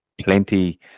plenty